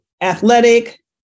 athletic